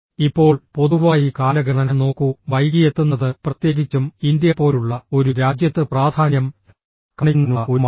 ഇപ്പോൾ പൊതുവായി കാലഗണന നോക്കൂ വൈകിയെത്തുന്നത് പ്രത്യേകിച്ചും ഇന്ത്യ പോലുള്ള ഒരു രാജ്യത്ത് പ്രാധാന്യം കാണിക്കുന്നതിനുള്ള ഒരു മാർഗമാണ്